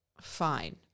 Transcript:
fine